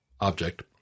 object